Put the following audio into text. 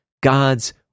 God's